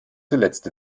zuletzt